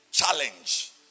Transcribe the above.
challenge